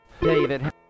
David